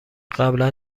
قبلا